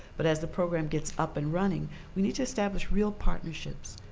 but as the program gets up and running we need to establish real partnerships,